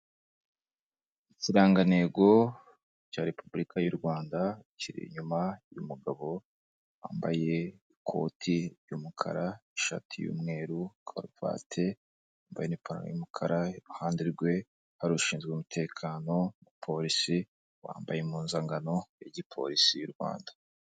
Ikirangantego cya repubulika y'u Rwanda kiri inyuma y'umugabo wambaye ikoti ry'umukara, ishati y'umweru, karuvate, wambaye n'ipantaro y'umukara, iruhande rwe hari ushinzwe umutekano, umupolisi wambaye impuzankano y'igipolisi y'u Rwanda.